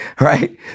right